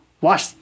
watch